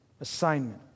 assignment